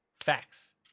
facts